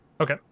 Okay